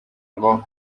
ngo